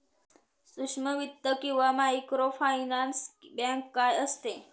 सूक्ष्म वित्त किंवा मायक्रोफायनान्स बँक काय असते?